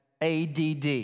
ADD